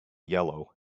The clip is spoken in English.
yellow